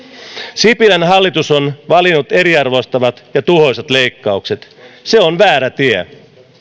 sipilän hallitus on valinnut eriarvoistavat ja tuhoisat leikkaukset se on väärä tie